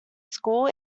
school